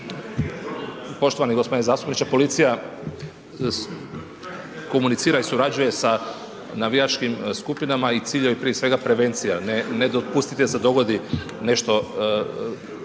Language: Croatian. Poštovani gospodine zastupniče. Policija komunicira i surađuje sa navijačkim skupinama i cilj joj je prije svega prevencija, ne dopustiti da se dogodi nešto